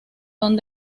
son